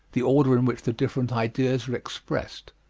the order in which the different ideas are expressed.